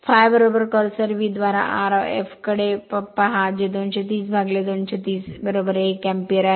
∅ cursor V द्वारा Rf कडे पहा जे 230 230 1 अँपिअर आहे